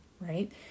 right